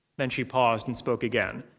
then she paused and spoke again.